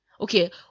Okay